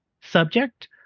subject